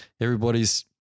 Everybody's